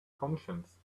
conscience